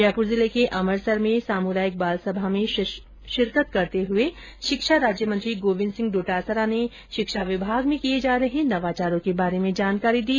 जयपूर जिले के अमरसर में सामुदायिक बाल सभा में शिरकत करते हुए शिक्षा राज्यमंत्री गोविन्द सिंह डोटासरा ने शिक्षा विभाग में किये जा रहे नवाचारों के बारे में जानकारी दी